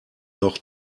noch